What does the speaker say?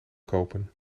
kopen